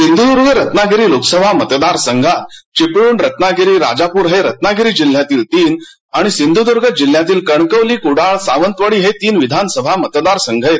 सिंधूर्दूर्ण रत्नागिरी लोकसभा मतदार संघात चिपळूण रत्नागिरी राजापूर हे रत्नागिरी जिल्ह्यातील तीन आणि सिंधूदुर्ग जिल्ह्यातील कणकवली कुडाळ सावंतवाडी हे तीन विधानसभा मतदार संघ आहेत